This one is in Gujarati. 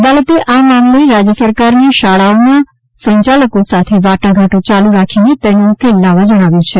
અદાલતે આ મામલે રાજ્ય સરકારને શાળાઓના સંચાલકો સાથે વાટાઘાટો ચાલુ રાખીને તેનો ઉકેલ લાવવા જણાવ્યું છે